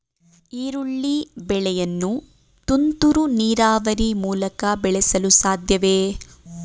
ಈರುಳ್ಳಿ ಬೆಳೆಯನ್ನು ತುಂತುರು ನೀರಾವರಿ ಮೂಲಕ ಬೆಳೆಸಲು ಸಾಧ್ಯವೇ?